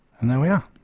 and there we are